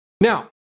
Now